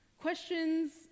Questions